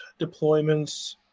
deployments